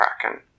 Kraken